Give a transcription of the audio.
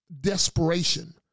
desperation